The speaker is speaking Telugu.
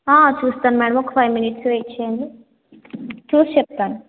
చూస్తాను మేడం ఒక ఫైవ్ మినిట్స్ వెయిట్ చేయండి చూసి చెప్తాను